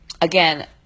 Again